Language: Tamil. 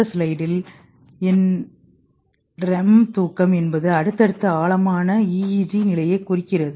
NREM தூக்கம் என்பது அடுத்தடுத்த ஆழமான ஈஈஜீ நிலையைக் குறிக்கிறது